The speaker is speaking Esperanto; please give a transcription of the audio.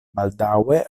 baldaŭe